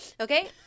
okay